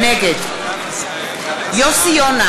נגד יוסי יונה,